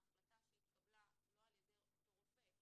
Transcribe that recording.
ההחלטה שהתקבלה לא על ידי אותו רופא,